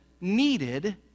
needed